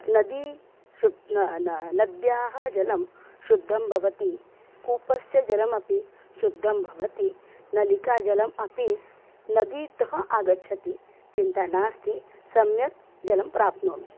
नदी शुद्धा न न नद्याः जलं शुद्धं भवति कूपस्य जलमपि शुद्धं भवति नलिकाजलम् अपि नदीतः आगच्छति चिन्ता नास्ति सम्यक् जलं प्राप्नोमि